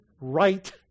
Right